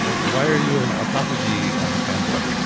ah why are you an autophagy fanboy?